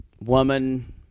woman